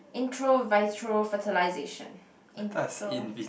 intro vitro fertilization intro